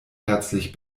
herzlich